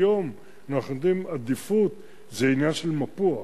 היום אנחנו נותנים עדיפות, זה עניין של מפוח,